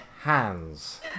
hands